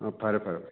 ꯑꯪ ꯐꯔꯦ ꯐꯔꯦ